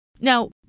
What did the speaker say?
Now